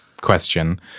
question